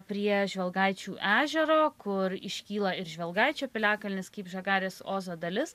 prie žvelgaičių ežero kur iškyla ir žvelgaičio piliakalnis kaip žagarės ozo dalis